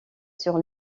sur